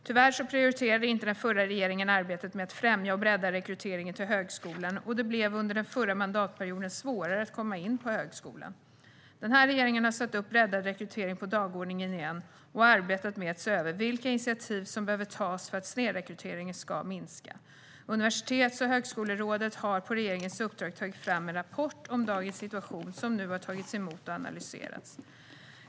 Tyvärr prioriterade inte den förra regeringen arbetet med att främja och bredda rekryteringen till högskolan, och det blev under den förra mandatperioden svårare att komma in på högskolan. Den här regeringen har satt upp breddad rekrytering på dagordningen igen och har arbetat med att se över vilka initiativ som behöver tas för att snedrekryteringen ska minska. Universitets och högskolerådet har på regeringens uppdrag tagit fram en rapport om dagens situation, som nu har tagits emot och analyseras.